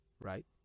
right